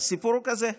הסיפור הוא כזה: